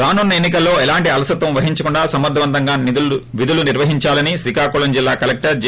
రానున్న ఎన్ని కల్లో ఎలాంటి అలసత్వం వహించకుండా సమర్గవంతంగా విధులు నిర్వహించాలని శ్రీకాకుళం జిల్లా కలెక్లర్ జె